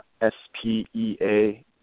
S-P-E-A